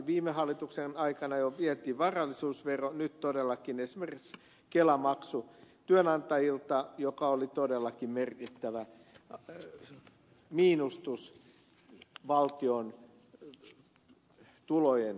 viime hallituksen aikana jo vietiin varallisuusvero nyt todellakin esimerkiksi kelamaksu työnantajilta mikä oli todellakin merkittävä miinustus valtion tulojen pohjaan